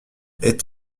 est